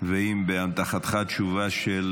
אם באמתחתך תשובה של